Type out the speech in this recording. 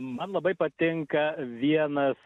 man labai patinka vienas